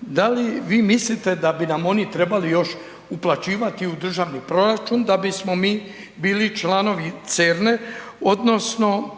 da li vi mislite da bi nam oni trebali još uplaćivati u Državni proračun da bismo mi bili članovi CERN-e odnosno